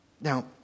Now